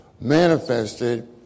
manifested